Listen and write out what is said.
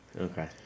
Okay